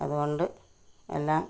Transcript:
അതുകൊണ്ട് എല്ലാം